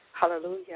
Hallelujah